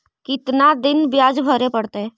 कितना दिन बियाज भरे परतैय?